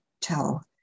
tell